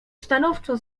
stanowczo